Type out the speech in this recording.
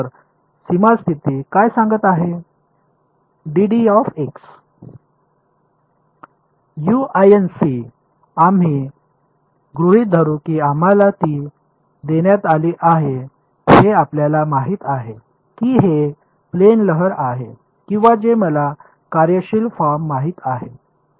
तर सीमा स्थिती सांगत आहे आम्ही गृहित धरू की आम्हाला ती देण्यात आली आहे हे आपल्याला माहित आहे की हे प्लेन लहर आहे किंवा जे मला कार्यशील फॉर्म माहित आहे